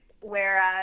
Whereas